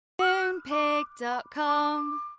Moonpig.com